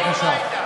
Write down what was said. בבקשה.